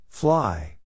Fly